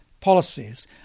policies